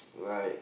like